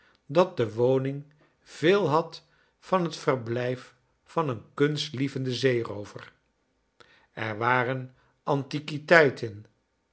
dat de woning veel bad van het verblijf van een kunstlievenden zeeroover er waren